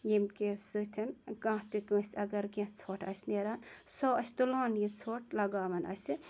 ییٚمہِ کہِ سۭتۍ کانٛہہ تہِ کٲنٛسہِ اگر کینٛہہ ژھوٚٹھ آسہِ نیران سُہ آسہِ تُلان یہِ ژھوٚٹھ لَگاوان آسہِ